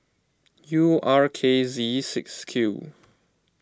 U R K Z six Q